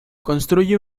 construye